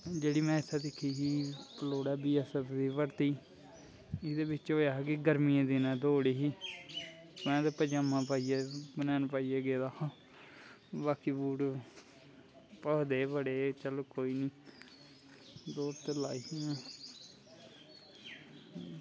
जेह्ड़े में उत्थें दिक्खी ही पलोड़ा बी ऐस ऐफ दी भर्थी ओह्दै च होया हा कि गर्मियैं दै दिनैं दौड़ ही तां पज़ामां पाईयै बनैन पाईयै गेदा हा बाकी बूट भखदे गै बड़े